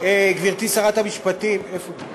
גברתי שרת המשפטים, איפה היא?